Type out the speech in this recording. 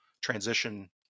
transition